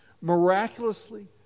miraculously